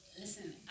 Listen